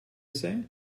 say